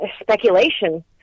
speculation